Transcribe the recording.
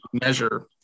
measure